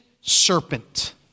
serpent